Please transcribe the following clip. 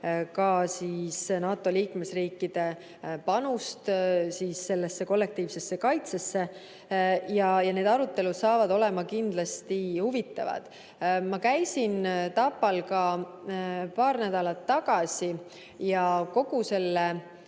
ka NATO liikmesriikide panust sellesse kollektiivsesse kaitsesse. Need arutelud saavad olema kindlasti huvitavad. Ma käisin Tapal paar nädalat tagasi. Kogu selle